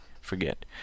forget